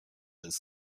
his